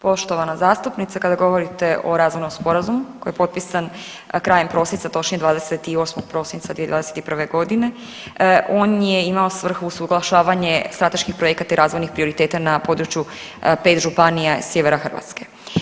Poštovana zastupnice, kada govorite o razvojnom sporazumu koji je potpisan krajem prosinca, točnije 28. prosinca 2021. g. on je imao svrhu usuglašavanje strateških projekata i razvojnih prioriteta na području 5 županija sjevera Hrvatske.